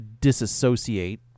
disassociate